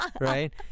right